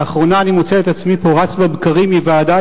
לאחרונה אני מוצא את עצמי פה רץ בבקרים מוועדה